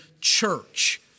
church